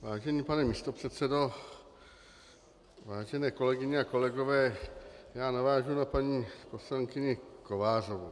Vážený pane místopředsedo, vážené kolegyně a kolegové, navážu na paní poslankyni Kovářovou.